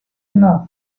enough